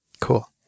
Cool